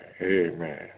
amen